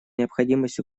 необходимость